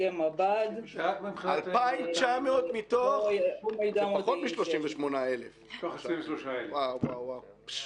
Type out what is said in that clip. תיקי מב"ד או לאור מידע מודיעיני שיש.